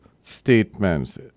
statements